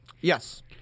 Yes